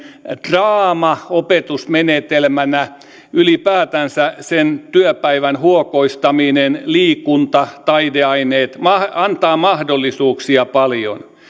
draama opetusmenetelmänä ylipäätänsä sen työpäivän huokoistaminen liikunta taideaineet antavat mahdollisuuksia paljon